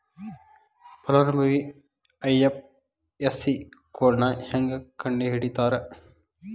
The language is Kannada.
ಫಲಾನುಭವಿ ಐ.ಎಫ್.ಎಸ್.ಸಿ ಕೋಡ್ನಾ ಹೆಂಗ ಕಂಡಹಿಡಿತಾರಾ